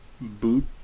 boot